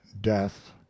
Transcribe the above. death